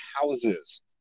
houses